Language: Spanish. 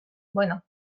bueno